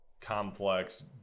complex